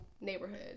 neighborhood